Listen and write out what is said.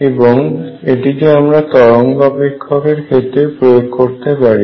এবং এটিকে আমরা তরঙ্গ অপেক্ষকের ক্ষেত্রে প্রয়োগ করতে পারি